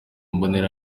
mbonera